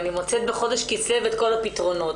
אני מוצאת בחודש כסלו את כל הפתרונות.